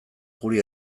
guri